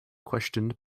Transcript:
questioned